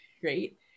Great